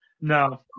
No